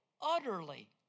utterly